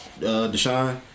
Deshaun